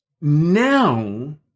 now